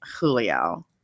Julio